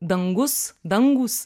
dangus dangūs